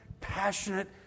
passionate